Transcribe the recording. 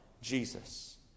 Jesus